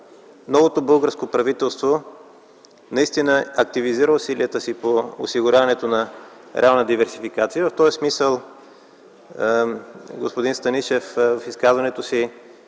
Новото българско правителство наистина активизира усилията си по осигуряването на реална диверсификация. В този смисъл господин Станишев в изказването си